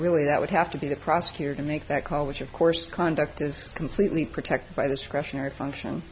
really that would have to be the prosecutor to make that call which of course conduct is completely protected by the discretionary function